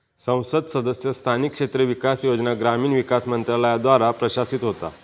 संसद सदस्य स्थानिक क्षेत्र विकास योजना ग्रामीण विकास मंत्रालयाद्वारा प्रशासित होता